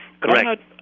Correct